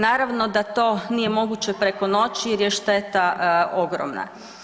Naravno da to nije moguće preko noći, jer je šteta ogromna.